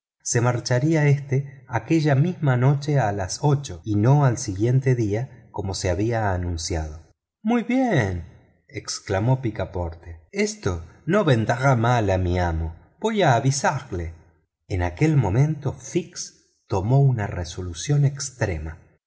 se marcharía éste aquella misma noche a las ocho y no al siguiente día como se había anunciado muy bien exclamó picaporte esto no vendrá mal a mi amo voy a avisarle en aquel momento fix tomó una resolución extrema